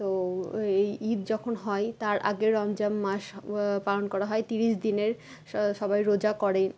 তো ঈদ যখন হয় তার আগে রমজান মাস পালন করা হয় তিরিশ দিনের সবাই রোজা করে